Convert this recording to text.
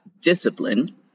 discipline